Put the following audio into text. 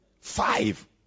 five